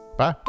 Bye